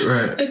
Right